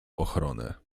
ochronę